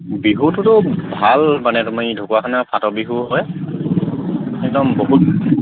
বিহুটোতো ভাল মানে তুমি ঢুকুৱাখানাৰ ফাট বিহু হয় একদম বহুত